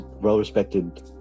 well-respected